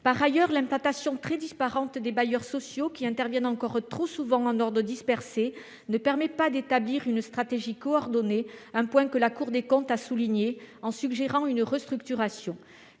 En outre, l'implantation très disparate des bailleurs sociaux, qui interviennent encore trop souvent en ordre dispersé, ne permet pas d'établir une stratégie coordonnée. Ce point a été souligné par la Cour des comptes, qui a suggéré une restructuration.